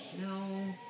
no